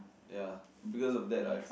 ya because of that I've